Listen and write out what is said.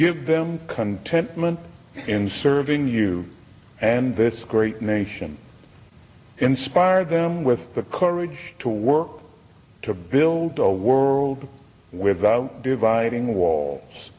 give them contentment in serving you and this great nation inspire them with the courage to work to build a world without dividing wall